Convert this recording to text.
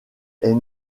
est